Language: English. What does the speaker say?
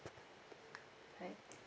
bye